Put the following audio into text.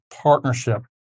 partnership